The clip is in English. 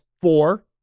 four